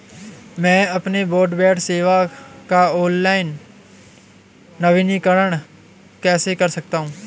मैं अपनी ब्रॉडबैंड सेवा का ऑनलाइन नवीनीकरण कैसे कर सकता हूं?